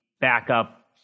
backup